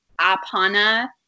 apana